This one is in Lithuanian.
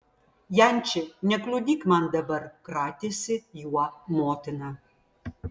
janči nekliudyk man dabar kratėsi juo motina